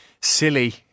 silly